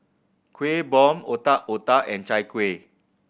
Kueh Bom Otak Otak and Chai Kueh